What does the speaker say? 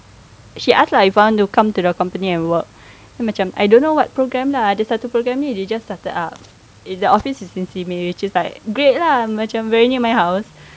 she added lah if I want to come to the company and work then macam I don't know what program lah ada satu program ini dia !hey! just started up their office is in simei which is like great lah macam very near my house